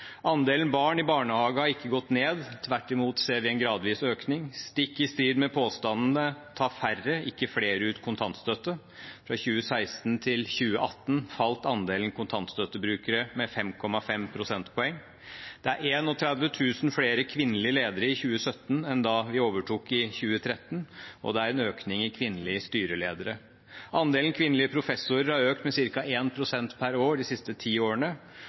Andelen barn i barnehage har ikke gått ned, tvert imot ser vi en gradvis økning. Stikk i strid med påstander tar færre, ikke flere, ut kontantstøtte – fra 2016 til 2018 falt andelen kontantstøttebrukere med 5,5 prosentpoeng. Det er 31 000 flere kvinnelige ledere i 2017 enn da vi overtok i 2013, og det er en økning i antallet kvinnelige styreledere. Andelen kvinnelige professorer har økt med ca. 1 pst. per år de siste ti årene.